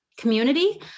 community